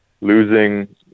losing